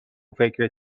فکر